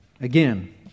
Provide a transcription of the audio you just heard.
Again